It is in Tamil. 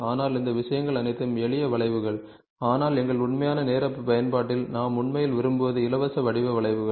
ஆனால் இந்த விஷயங்கள் அனைத்தும் எளிய வளைவுகள் ஆனால் எங்கள் உண்மையான நேர பயன்பாட்டில் நாம் உண்மையில் விரும்புவது இலவச வடிவ வளைவுகள்